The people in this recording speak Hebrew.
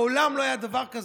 מעולם לא היה דבר כזה.